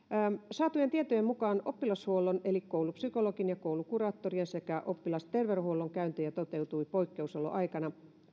saatujen tietojen mukaan oppilashuollon eli koulupsykologien ja koulukuraattorien sekä oppilasterveydenhuollon käyntejä toteutui poikkeusoloaikana